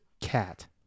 cat